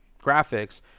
graphics